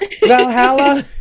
valhalla